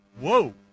Whoa